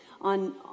on